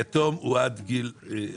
יתום הוא עד נישואיו.